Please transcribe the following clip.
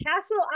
castle